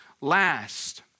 last